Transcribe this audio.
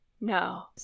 No